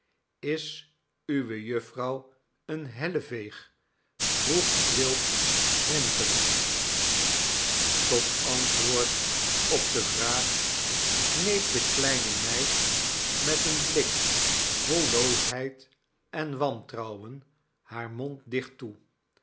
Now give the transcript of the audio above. is uwe jufvrouw eene helleveeg vroeg quilp grinnekend tot antwoord op de vraag kneep de kleine meid met een blik vol loosheid en wantrouwen haar mond dicht toe